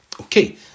Okay